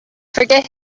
forget